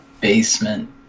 basement